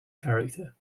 character